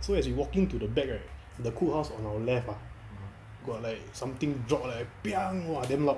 so as we walking to the back right the cookhouse on our left ah got like something drop like !wah! damn loud